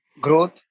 growth